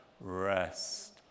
Rest